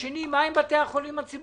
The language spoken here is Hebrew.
והשנייה היא מה עם בתי החולים הציבוריים.